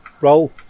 Roll